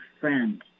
friend